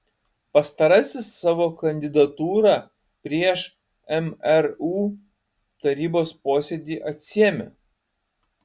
pastarasis savo kandidatūrą prieš mru tarybos posėdį atsiėmė